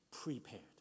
prepared